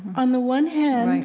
on the one hand,